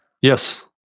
Yes